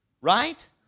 right